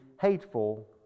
hateful